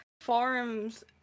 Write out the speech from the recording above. forums